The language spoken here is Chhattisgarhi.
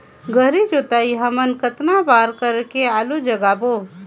गहरी जोताई हमन कतना बार कर के आलू लगाबो?